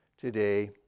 today